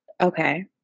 Okay